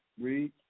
Read